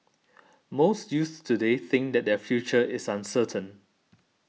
most youths today think that their future is uncertain